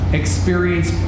experience